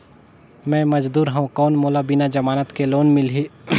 मे मजदूर हवं कौन मोला बिना जमानत के लोन मिलही?